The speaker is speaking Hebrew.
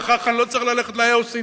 וכך אני לא צריך ללכת ל-OECD,